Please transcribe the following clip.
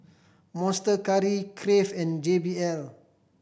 Monster Curry Crave and J B L